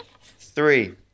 Three